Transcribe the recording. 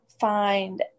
find